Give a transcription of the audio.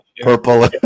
Purple